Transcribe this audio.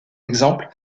exemple